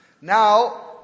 Now